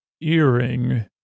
Earring